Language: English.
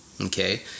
Okay